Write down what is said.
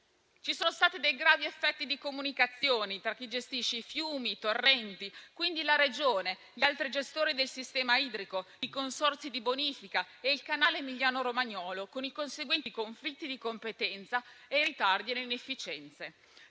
Ci sono stati dei gravi effetti di comunicazione tra chi gestisce i fiumi e i torrenti, quindi la Regione, e gli altri gestori del sistema idrico, i consorzi di bonifica e il canale emiliano romagnolo con i conseguenti conflitti di competenza e i ritardi e le inefficienze.